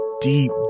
deep